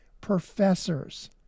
professors